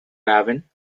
raven